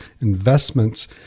investments